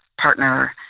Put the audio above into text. partner